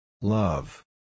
Love